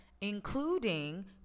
including